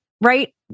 right